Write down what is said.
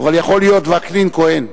אבל יכול להיות וקנין כוהן.